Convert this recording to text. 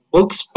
Books